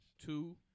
Two